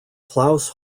klaus